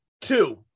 Two